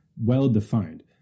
well-defined